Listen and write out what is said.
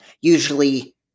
usually